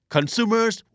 Consumers